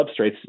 substrates